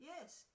Yes